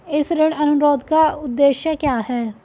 इस ऋण अनुरोध का उद्देश्य क्या है?